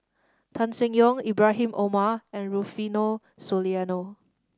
Tan Seng Yong Ibrahim Omar and Rufino Soliano